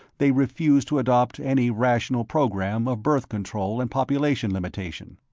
they refuse to adopt any rational program of birth-control and population-limitation.